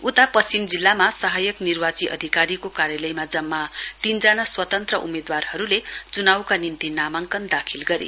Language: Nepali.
उता पश्चिम जिल्लामा सहायक निर्वाची अधिकारीको कार्यालयमा जम्मा तीनजना स्वतन्त्र उम्मेदवारहरुले चुनाउका निम्ति नामाङ्कन दाखिल गरे